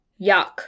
yuck